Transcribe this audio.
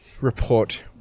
report